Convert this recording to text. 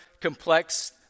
complex